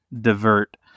divert